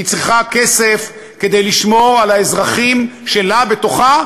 היא צריכה כסף כדי לשמור על האזרחים שלה בתוכה,